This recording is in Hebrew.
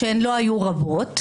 שהן לא היו רבות,